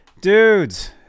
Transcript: Dudes